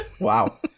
wow